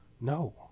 No